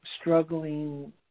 struggling